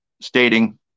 stating